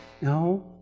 No